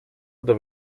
oder